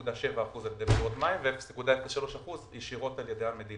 ו-99.7% על ידי מקורות מים ו-0.03% ישירות על ידי המדינה.